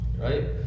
Right